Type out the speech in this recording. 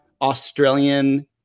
Australian